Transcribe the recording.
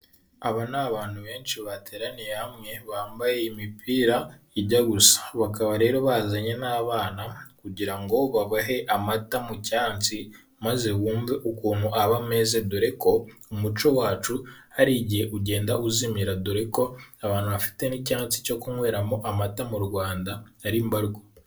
Aba ni abantu benshi bateraniye hamwe, bambaye imipira ijya gusa, bakaba rero bazanye n'abana kugira ngo babahe amata mu cyansi, maze bumve ukuntu aba ameze, dore ko umuco wacu hari igihe ugenda uzimira, dore ko abantu bafite n'icyansi cyo kunyweramo amata mu Rwanda, ari mbarwa.